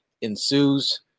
ensues